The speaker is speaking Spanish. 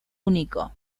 único